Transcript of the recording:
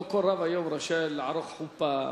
לא כל רב היום רשאי לערוך חופה,